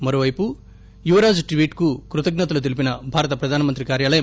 మరోవైపు యువరాజు ట్వీట్కు కృతజ్ఞతలు తెలిపిన భారత ప్రధానమంత్రి కార్యాలయం